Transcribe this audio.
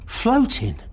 floating